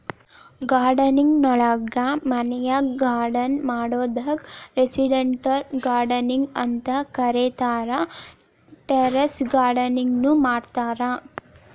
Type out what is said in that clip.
gardening ನೊಳಗ ಮನ್ಯಾಗ್ garden ಮಾಡೋದಕ್ಕ್ ರೆಸಿಡೆಂಟಿಯಲ್ ಗಾರ್ಡನಿಂಗ್ ಅಂತ ಕರೇತಾರ, ಟೆರೇಸ್ ಗಾರ್ಡನಿಂಗ್ ನು ಮಾಡ್ತಾರ